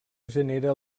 genera